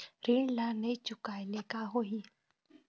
ऋण ला नई चुकाए ले का होही?